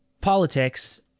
politics